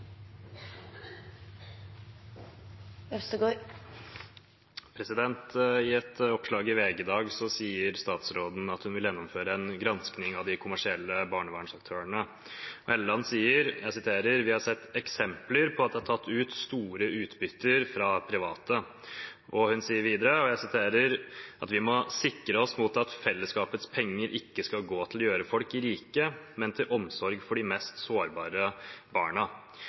I et oppslag i VG i dag sier statsråden at hun vil gjennomføre en gransking av de kommersielle barnevernsaktørene. Hofstad Helleland sier: «Vi har sett eksempler på at det er tatt ut store utbytter fra private.» Hun sier videre at vi må sikre oss mot at «fellesskapets penger ikke skal gå til å gjøre folk rike, men til omsorg for de mest sårbare barna».